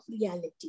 reality